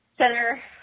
center